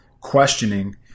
questioning